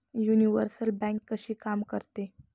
Universal bank कशी काम करते?